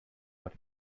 what